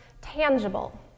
tangible